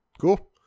Cool